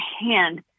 hand